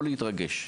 בבקשה ניר.